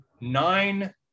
nine